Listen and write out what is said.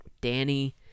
Danny